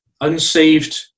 unsaved